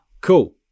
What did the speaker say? cool